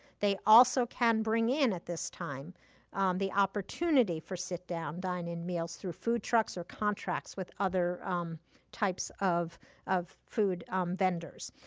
they also can bring in at this time the opportunity for sit-down, dine-in meals through food trucks or contracts with other types of of food vendors.